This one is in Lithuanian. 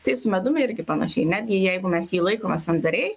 tai su medumi irgi panašiai netgi jeigu mes jį laikome sandariai